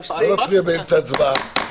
--- לא להפריע באמצע הצבעה.